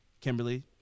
Kimberly